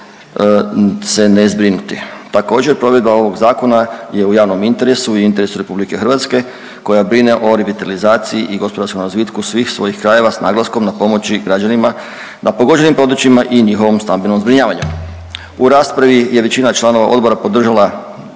RH koja brine o revitalizaciji i gospodarskom razvitku svih svojih krajeva s naglaskom na pomoći građanima na pogođenim područjima i njihovom stambenom zbrinjavanju. U raspravi je većina članova odbora podržala